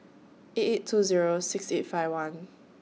eight eight two Zero six eight five one